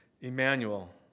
Emmanuel